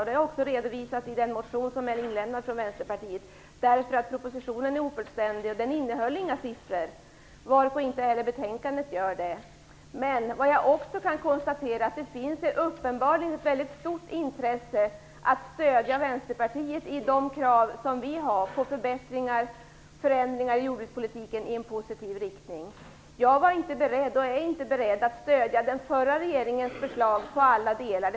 Det har jag också redovisat i den motion Vänsterpartiet lämnat in. Propositionen är nämligen ofullständig. Den innehöll inga siffror, varför inte heller betänkandet gör det. Men jag kan konstatera att det uppenbarligen finns ett väldigt stort intresse av att stödja Vänsterpartiet i de krav vi har på förbättringar och förändringar i jordbrukspolitiken i en positiv riktning. Jag var inte beredd och är inte beredd att stödja den förra regeringens förslag till alla delar.